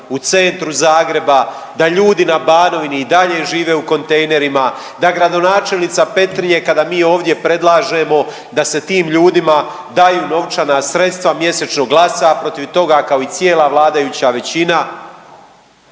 u centru Zagreba, da ljudi na Banovini i dalje žive u kontejnerima, da gradonačelnica Petrinje kada mi ovdje predlažemo da se tim ljudima daju novčana sredstva mjesečno, glasa protiv toga kao i cijela vladajuća većina.